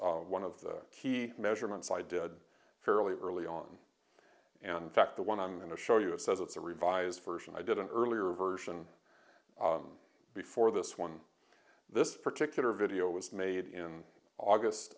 was one of the key measurements i did fairly early on and fact the one i'm going to show you it says it's a revised version i did an earlier version before this one this particular video was made in august